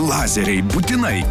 lazeriai būtinai